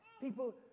People